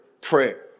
prayer